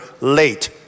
late